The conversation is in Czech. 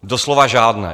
Doslova žádné.